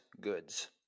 Goods